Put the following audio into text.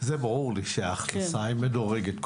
זה ברור לי שההכנסה היא מדורגת,